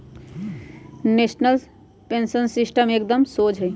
national pension system एकदम शोझ हइ